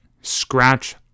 Scratch